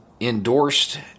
endorsed